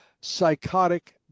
psychotic